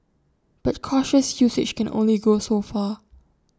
but cautious usage can only go so far